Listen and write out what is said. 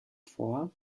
vor